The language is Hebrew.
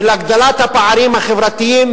של הגדלת הפערים החברתיים,